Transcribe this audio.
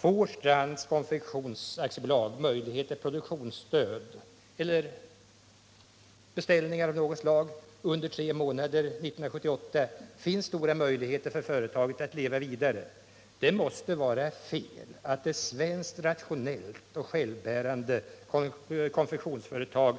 Får Strands Konfektions AB produktionsstöd eller beställningar av något slag under tre månader 1978 finns stora möjligheter för företaget att leva vidare. Det måste vara fel att ett svenskt rationellt och självbärande konfektionsföretag